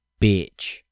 bitch